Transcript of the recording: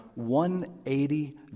180